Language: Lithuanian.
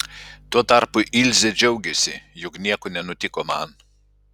tuo tarpu ilzė džiaugėsi jog nieko nenutiko man